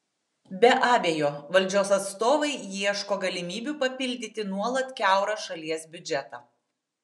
be abejo valdžios atstovai ieško galimybių papildyti nuolat kiaurą šalies biudžetą